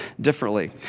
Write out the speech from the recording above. differently